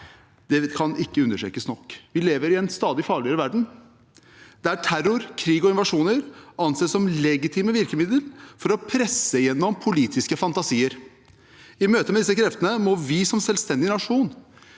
Det kan ikke understrekes nok. Vi lever i en stadig farligere verden, der terror, krig og invasjoner anses som legitime virkemidler for å presse gjennom politiske fantasier. I møte med disse kreftene må vi, som selvstendig nasjon,